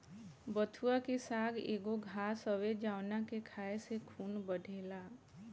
बथुआ के साग एगो घास हवे जावना के खाए से खून बढ़ेला